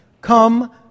come